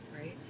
right